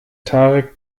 tarek